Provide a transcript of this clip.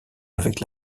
avec